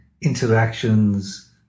interactions